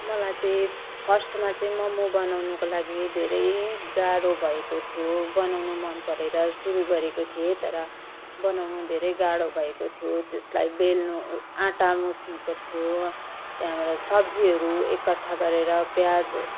मलाई चाहिँ फर्स्टमा चाहिँ मोमो बनाउनुको लागि धेरै गाह्रो भएको थियो बनाउनु मनपरेर सुरु गरेको थिएँ तर बनाउनु धेरै गाह्रो भएको थियो त्यसलाई बेल्नु आँटा मुस्नुपर्थ्यो त्यहाँबाट सब्जीहरू एककट्ठा गरेर प्याज